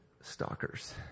stalkers